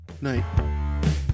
night